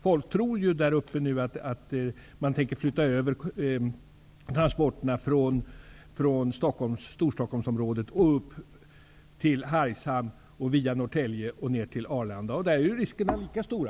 Folk där uppe tror ju nu att man tänker flytta över transporterna från Storstockholmsområdet och upp till Hargshamn via Norrtälje ner till Arlanda. Där är ju riskerna lika stora.